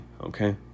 okay